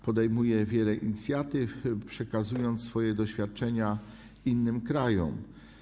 Podejmuje wiele inicjatyw, przekazując swoje doświadczenia innym krajom.